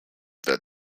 that